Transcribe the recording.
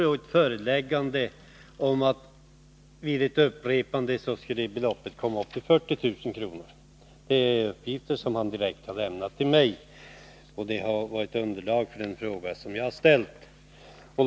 och ett föreläggande om att vid ett upprepande bötesbeloppet skulle komma att uppgå till 40 000 kr. Dessa uppgifter har vederbörande åkare lämnat direkt till mig, och de har utgjort underlag för den fråga som jag har ställt till kommunikationsministern.